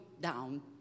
down